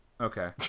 Okay